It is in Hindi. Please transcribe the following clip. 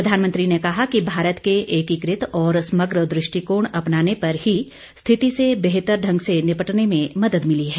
प्रधानमंत्री ने कहा कि भारत के एकीकृत और समग्र दृष्टिकोण अपनाने पर ही स्थिति से बेहतर ढंग से निपटने में मदद मिली है